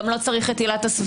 גם לא את עילת הסבירות.